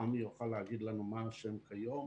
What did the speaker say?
עמי יוכל להגיד לנו מה השם כיום.